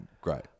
great